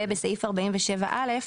בסעיף 47א,